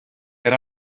cer